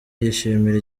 yishimira